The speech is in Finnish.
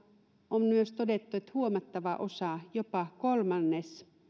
on myös todettu että huomattava osa jopa kolmannes